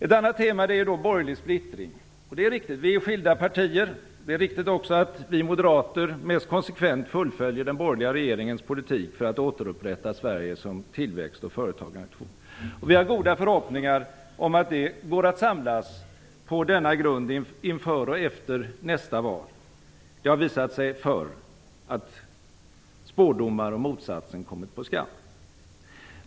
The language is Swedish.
Ett annat tema är borgerlig splittring. Det är riktigt att vi är skilda partier. Det är också riktigt att vi moderater mest konsekvent fullföljer den borgerliga regeringens politik för att återupprätta Sverige som tillväxt och företagarnation. Vi har goda förhoppningar om att det går att samlas på denna grund inför och efter nästa val. Det har visat sig förr att spådomar om motsatsen kommit på skam.